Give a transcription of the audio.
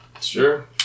Sure